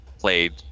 played